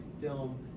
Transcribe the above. film